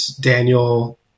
Daniel